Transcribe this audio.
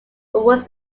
was